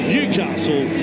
Newcastle